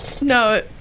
No